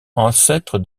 ancêtre